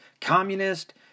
communist